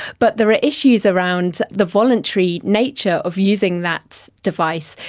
but there are issues around the voluntary nature of using that device,